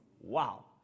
Wow